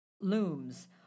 looms